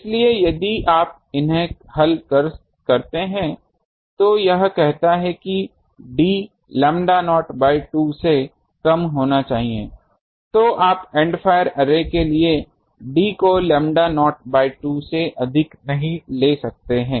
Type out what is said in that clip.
इसलिए यदि आप इन्हें हल करते हैं तो यह कहता है कि d लैम्बडा नॉट बाय 2 से कम होना चाहिए तो आप एंड फायर अर्रे के लिए d को लैम्बडा नॉट बाय 2 से अधिक नहीं ले सकते हैं